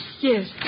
Yes